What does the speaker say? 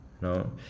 No